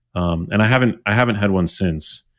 um and i haven't i haven't had one since,